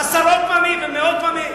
עשרות פעמים ומאות פעמים.